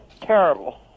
terrible